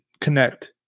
connect